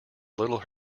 little